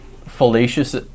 fallacious